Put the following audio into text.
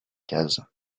cases